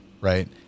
right